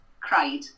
cried